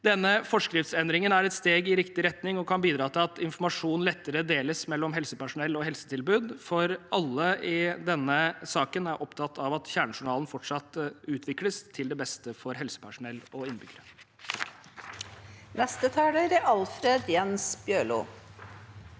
Denne forskriftsendringen er et steg i riktig retning og kan bidra til at informasjon lettere deles mellom helsepersonell og helsetilbud. Alle er i denne saken opptatt av at kjernejournalen fortsatt utvikles til det beste for helsepersonell og innbyggere.